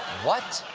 what?